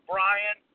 Brian